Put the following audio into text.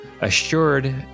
assured